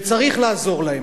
וצריך לעזור להם.